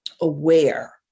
aware